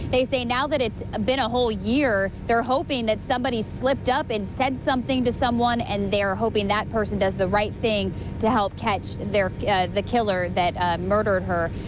they say now that it's been a whole year, they're hoping that somebody slipped up and said something to someone and they're hoping that person does the right thing to help catch their t. killer that ah murdered her.